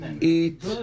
eat